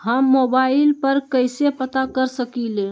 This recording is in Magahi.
हम मोबाइल पर कईसे पता कर सकींले?